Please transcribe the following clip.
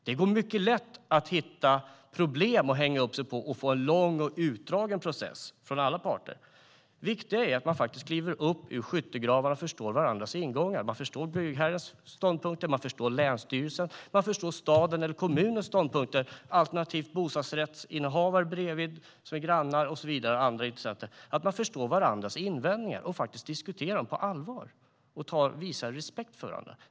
Det går mycket lätt att hitta problem att hänga upp sig på och få en lång och utdragen process för alla parter. Men det viktiga är att man kliver upp ur skyttegravarna och förstår varandras ingångar - byggherrens, länsstyrelsens, stadens, kommunens, bostadsrättsinnehavarens, grannens och andra intressenters ståndpunkter. Man måste förstå varandras invändningar och diskutera dessa på allvar samt visa respekt för varandra.